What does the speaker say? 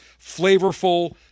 flavorful